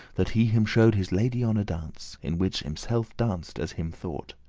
that he him shew'd his lady on a dance, in which himselfe danced, as him thought.